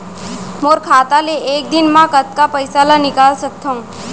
मोर खाता ले एक दिन म कतका पइसा ल निकल सकथन?